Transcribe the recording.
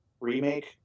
remake